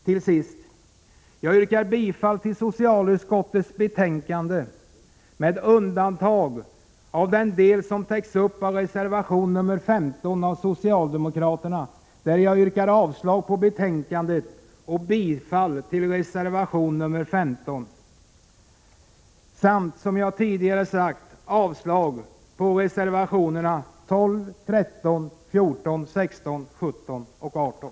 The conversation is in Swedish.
Till sist yrkar jag bifall till socialutskottets hemställan i betänkandet med undantag för den del som täcks av reservation 15 av socialdemokraterna. I denna del yrkar jag avslag på utskottets hemställan och bifall till reservation 15. Som jag tidigare sagt yrkar jag avslag på reservationerna 12, 13, 14, 16, 17 och 18.